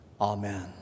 Amen